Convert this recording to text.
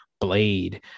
blade